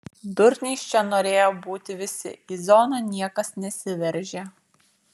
durniais čia norėjo būti visi į zoną niekas nesiveržė